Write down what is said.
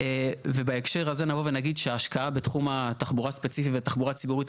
ובהקשר הזה נבוא ונגיד שההשקעה בתחום התחבורה ספציפית ותחבורה ציבורית,